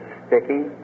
sticky